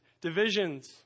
divisions